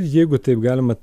jeigu taip galima